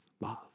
love